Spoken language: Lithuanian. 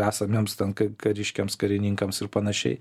esamiems ten ka kariškiams karininkams ir panašiai